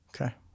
Okay